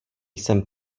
jsem